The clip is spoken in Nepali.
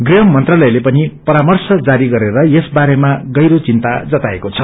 गृहमंत्रालयले पनि परार्मश जारी गरेर यस बारेमा गहिरो चिन्ता जताएको छ